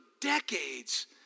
decades